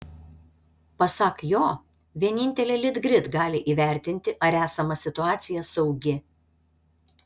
pasak jo vienintelė litgrid gali įvertinti ar esama situacija saugi